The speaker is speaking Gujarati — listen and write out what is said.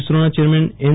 ઈસરોના ચેરમેન એન